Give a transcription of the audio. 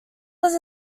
was